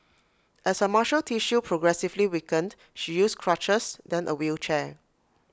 as her muscle tissue progressively weakened she used crutches then A wheelchair